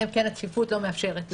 אלא אם כן הצפיפות לא מאפשרת לו.